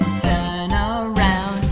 turn around.